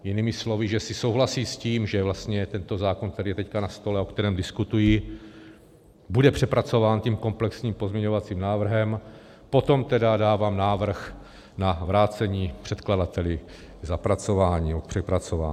Jinými slovy, jestli souhlasí s tím, že vlastně tento zákon, který je teď na stole a o kterém diskutuji, bude přepracován tím komplexním pozměňovacím návrhem, potom tedy dávám návrh na vrácení předkladateli k zapracování nebo k přepracování.